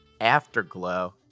Afterglow